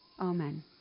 Amen